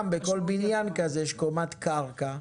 בכל בניין כזה יש קומת קרקע,